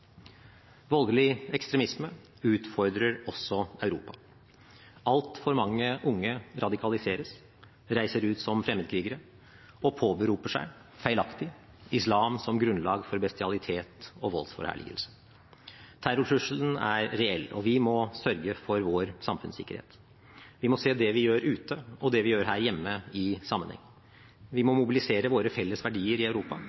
Voldelig ekstremisme utfordrer også Europa. Altfor mange unge radikaliseres, reiser ut som fremmedkrigere og påberoper seg – feilaktig – islam som grunnlag for bestialitet og voldsforherligelse. Terrortrusselen er reell, og vi må sørge for vår samfunnssikkerhet. Vi må se det vi gjør ute, og det vi gjør her hjemme, i sammenheng. Vi må mobilisere våre felles verdier i Europa,